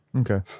Okay